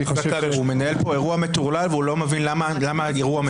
הוא מנהל פה אירוע מטורלל והוא לא מבין למה האירוע מטורלל.